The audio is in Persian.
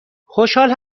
خوشحال